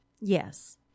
Yes